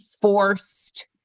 forced